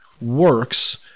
works